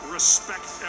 Respect